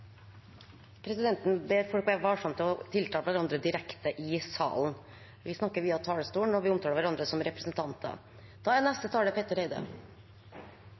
Presidenten ber folk være varsomme med å tiltale hverandre direkte i salen. Vi snakker via presidenten, og vi omtaler hverandre som representanter.